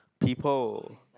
people